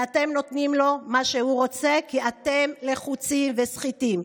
ואתם נותנים לו מה שהוא רוצה כי אתם לחוצים וסחיטים,